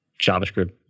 JavaScript